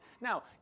Now